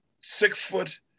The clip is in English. six-foot